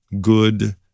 good